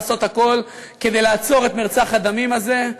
לעשות הכול כדי לעצור את מרצח הדמים הזה.